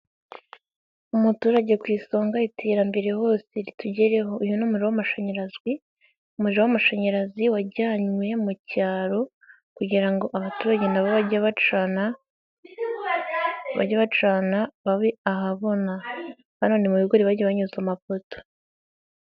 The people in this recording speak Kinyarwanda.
Umuturage ku isonga iterambere hose ritugereho, uyu numuriro w'amashanyarazi, umuriro w'amashanyarazi wajyanywe mu cyaro kugira ngo abaturage nabo bajye bacana bajye bacana babe ahabona, hano ni mu bigori bagiye banyuza amapoto.